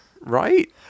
right